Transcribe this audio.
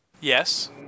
Yes